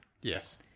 Yes